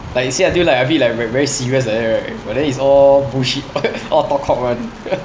like he say until like a bit like very very serious like that right but then it's all bullshit all talk cock [one]